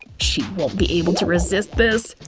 she won't be able to resist this.